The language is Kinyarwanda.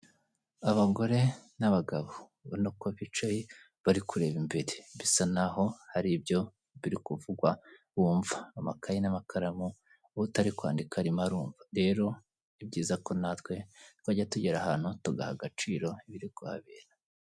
Abagore n'abagabo ubona ko bicaye bari kureba imbere, bisa n'aho hari ibyo biri kuvugwa bumva, amakaye n'amakaramu, utari kwandika arimo arumva. Rero ni byiza ko natwe twajya tugera ahantu, tugaha agaciro ibiri kuhabera.